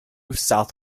south